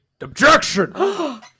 Objection